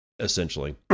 essentially